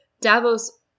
Davos